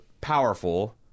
powerful